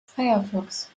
firefox